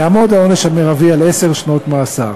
העונש המרבי יהיה עשר שנות מאסר.